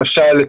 למשל,